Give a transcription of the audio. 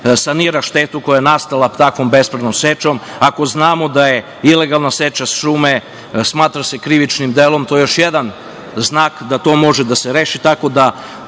sanira štetu koja je nastala takvom bespravnom sečom. Ako znamo da se ilegalna seča šume smatra krivičnim delom, to je još jedan znak da to može da se reši, tako da